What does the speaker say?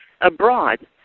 abroad